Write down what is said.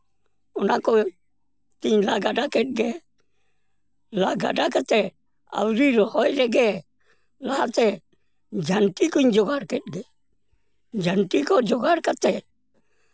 ᱚᱱᱟᱠᱚ ᱛᱤᱧ ᱞᱟ ᱜᱟᱰᱟ ᱠᱮᱫᱜᱮ ᱞᱟ ᱜᱟᱰᱟ ᱠᱟᱛᱮᱜ ᱟᱹᱣᱨᱤ ᱨᱚᱦᱚᱭ ᱨᱮᱜᱮ ᱞᱟᱦᱟᱛᱮ ᱡᱷᱟᱹᱱᱴᱤ ᱠᱚᱧ ᱡᱚᱜᱟᱲ ᱠᱮᱫᱜᱮ ᱡᱷᱟᱹᱱᱴᱤ ᱠᱚ ᱡᱚᱜᱟᱲ ᱠᱟᱛᱮᱜ